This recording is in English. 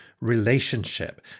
relationship